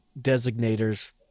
designators